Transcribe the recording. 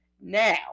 now